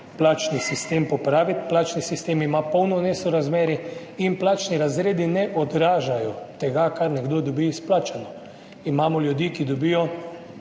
plačni sistem. Plačni sistem ima polno nesorazmerij in plačni razredi ne odražajo tega, kar dobi nekdo izplačano. Imamo ljudi, ki dobijo